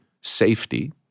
safety